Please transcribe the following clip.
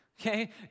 Okay